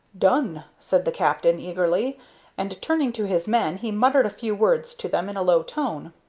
done! said the captain, eagerly and, turning to his men, he muttered a few words to them in a low tone.